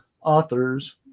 authors